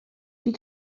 die